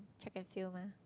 track and field mah